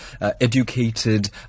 educated